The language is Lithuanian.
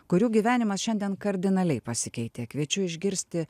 kurių gyvenimas šiandien kardinaliai pasikeitė kviečiu išgirsti